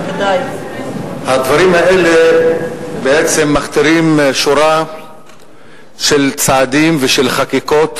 הדברים האלה בעצם מכתירים שורה של צעדים ושל חקיקות